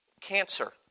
cancer